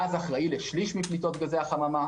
גז אחראי לשליש מפליטות גזי החממה.